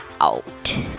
out